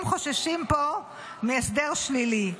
הם חוששים פה מהסדר שלילי.